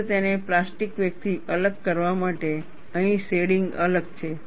ફક્ત તેને પ્લાસ્ટિક વેકથી અલગ કરવા માટે અહીં શેડિંગ અલગ છે